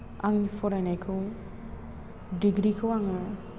आंनि फरायनायखौ डिग्रिखौ आङो